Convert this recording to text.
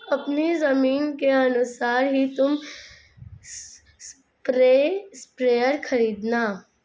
अपनी जमीन के अनुसार ही तुम स्प्रेयर खरीदना